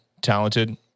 talented